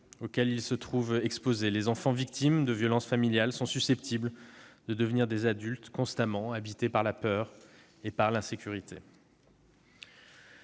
auxquels ils se sont trouvés exposés. Les enfants victimes de violences familiales sont susceptibles de devenir des adultes constamment habités par la peur et l'insécurité.